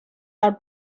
are